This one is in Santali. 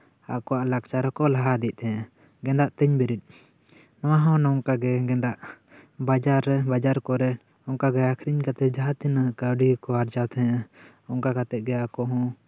ᱟᱠᱚᱣᱟᱜ ᱞᱟᱠᱪᱟᱨ ᱦᱚᱸᱠᱚ ᱞᱟᱦᱟ ᱤᱫᱤᱭᱮᱜ ᱛᱟᱦᱮᱱᱟ ᱜᱮᱫᱟᱧ ᱛᱮᱧ ᱵᱮᱨᱮᱫ ᱱᱚᱣᱟ ᱦᱚᱸ ᱱᱚᱝᱠᱟᱜᱮ ᱜᱮᱫᱟᱜ ᱵᱟᱡᱟᱨ ᱠᱚᱨᱮ ᱱᱚᱝᱠᱟᱜᱮ ᱟᱠᱷᱨᱤᱧ ᱠᱟᱛᱮᱜ ᱡᱟᱦᱟᱸ ᱛᱤᱱᱟᱜ ᱠᱟᱹᱣᱰᱤ ᱠᱚ ᱟᱨᱡᱟᱣ ᱛᱟᱦᱮᱸᱜᱼᱟ ᱚᱱᱠᱟ ᱠᱟᱛᱮᱜ ᱜᱮ ᱟᱠᱚ ᱦᱚᱸ